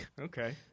Okay